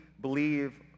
believe